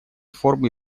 формы